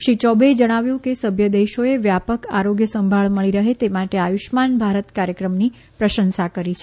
શ્રી ચૌબેએ જણાવ્યું કે સભ્ય દેશોએ વ્યાપક આરોગ્ય સંભાળ મળી રહે તે માટે આયુષ્યમાન ભારત કાર્યક્રમની પ્રશંસા કરી છે